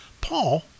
Paul